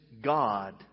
God